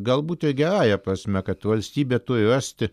galbūt ir gerąja prasme kad valstybė turi rasti